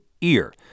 EAR